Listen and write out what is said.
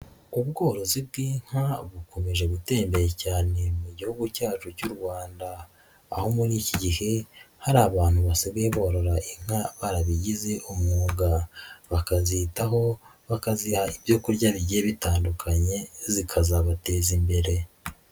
Ubworozi bw'inka bukomeje gutera imbere cyane mu gihugu cyacu cy'u Rwanda, aho muri iki gihe hari abantu basigaye borora inka barabigize umwuga, bakazitaho bakaziha ibyo kurya bigiye bitandukanye zikazabateza imbere.